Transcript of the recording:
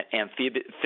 amphibious